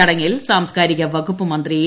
ചടങ്ങിൽ സ്ഥാർസ്കാരിക വകുപ്പ് മന്ത്രി എ